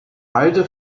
beide